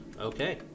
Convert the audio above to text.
okay